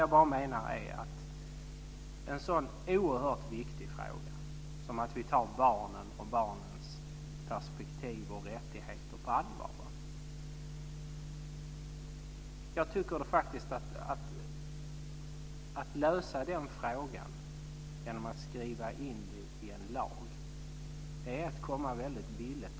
När det gäller en sådan oerhört viktig fråga som att vi tar barnens perspektiv och rättigheter på allvar så tycker jag att det är att komma väldigt billigt undan att lösa problemet genom att skriva in något i en lag.